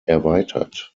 erweitert